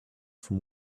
from